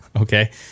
Okay